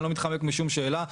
אני לא מתחמק משום שאלה.